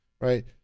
right